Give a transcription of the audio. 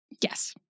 Yes